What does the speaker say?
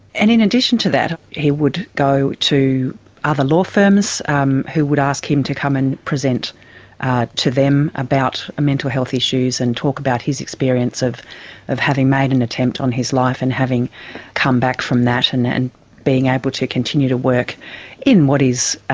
and in addition to that, he would go to other law firms um who would ask him to come and present to them about mental health issues and talk about his experience of of having made an attempt on his life and having come back from that and and being able to continue to work in what is, ah